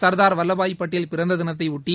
சர்தார் வல்லபாய் பட்டேல் பிறந்த தினத்தையொட்டி